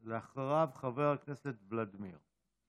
אחריו, חבר הכנסת ולדימיר.